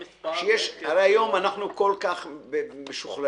הרי היום אנחנו כל כך משוכללים,